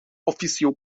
officio